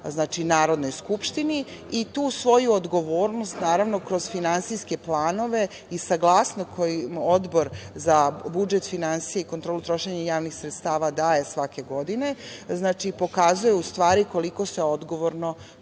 Narodnoj skupštini i tu svoju odgovornost naravno kroz finansije planove i saglasnost koju Odbor za budžet, finansije i kontrolu trošenja javnih sredstava daje svake godine, u stvari pokazuje koliko se odgovorno